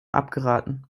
abgeraten